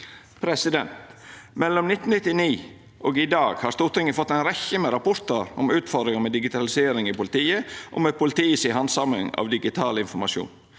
politiet. Mellom 1999 og i dag har Stortinget fått ei rekkje rapportar om utfordringar med digitalisering i politiet og med politiet si handsaming av digital informasjon.